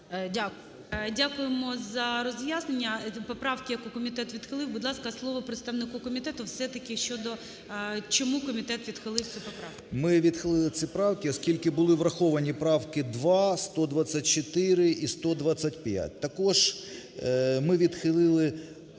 Дякуємо за роз'яснення поправки, яку комітет відхилив. Будь ласка, слово представнику комітету все-таки щодо, чому комітет відхилив цю поправку. 13:47:19 КРИШИН О.Ю. Ми відхилили ці правки, оскільки були враховані правки: 2, 124 і 125. Також ми відхилили,